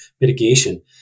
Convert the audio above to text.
mitigation